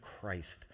Christ